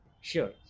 Sure